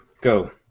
Go